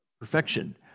perfection